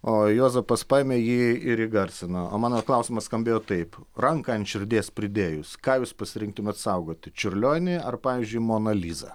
o juozapas paėmė jį ir įgarsino o mano klausimas skambėjo taip ranką ant širdies pridėjus ką jūs pasirinktumėt saugoti čiurlionį ar pavyzdžiui moną lizą